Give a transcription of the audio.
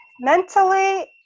Mentally